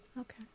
Okay